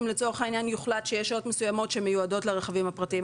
אם לצורך העניין יוחלט שיש שעות מסוימות שמיועדות לרכבים הפרטיים.